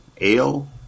ale